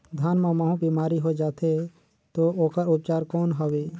धान मां महू बीमारी होय जाथे तो ओकर उपचार कौन हवे?